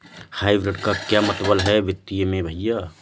Hybrid का क्या मतलब है वित्तीय में भैया?